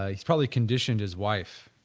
he's probably conditioned his wife